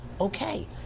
okay